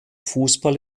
fußball